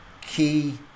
key